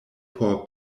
por